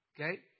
Okay